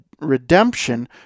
redemption